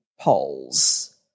polls